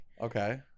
Okay